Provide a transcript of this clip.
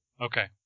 Okay